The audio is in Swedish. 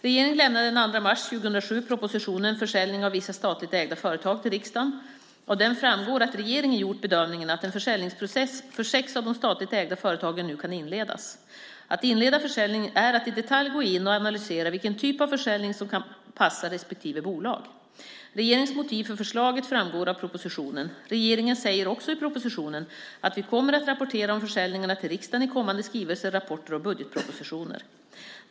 Regeringen lämnade den 2 mars 2007 propositionen Försäljning av vissa statligt ägda företag till riksdagen. Av den framgår att regeringen gjort bedömningen att en försäljningsprocess för sex av de statligt ägda företagen nu kan inledas. Att inleda försäljningen är att i detalj gå in och analysera vilken typ av försäljning som kan passa respektive bolag. Regeringens motiv för förslaget framgår av propositionen. Regeringen säger också i propositionen att vi kommer att rapportera om försäljningarna till riksdagen i kommande skrivelser, rapporter och budgetpropositioner.